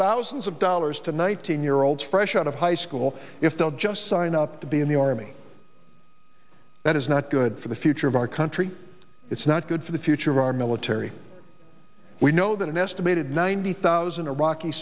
thousands of dollars to one thousand year olds fresh out of high school if they'll just sign up to be in the army that is not good for the future of our country it's not good for the future of our military we know that an estimated ninety thousand